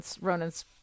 Ronan's